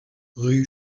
rue